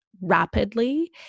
rapidly